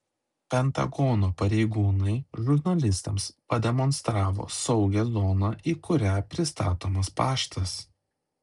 pentagono pareigūnai žurnalistams pademonstravo saugią zoną į kurią pristatomas paštas